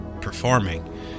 performing